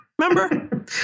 Remember